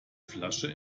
flasche